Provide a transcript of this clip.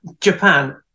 Japan